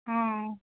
ஆ